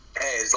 Hey